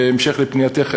בהמשך לפנייתך,